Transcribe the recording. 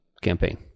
campaign